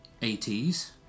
80s